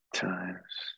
times